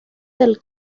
del